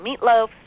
meatloaf